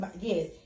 Yes